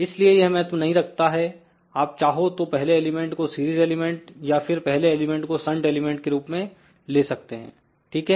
इसलिए यह महत्व नहीं रखता है आप चाहो तो पहले एलिमेंट को सीरीज एलिमेंट या फिर पहले एलिमेंट को संट एलिमेंट के रूप में ले सकते हैं ठीक है